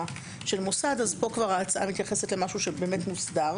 של מוסד פה ההצעה כבר מתייחסת למשהו שמוסדר.